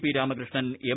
P Ramakrishnan M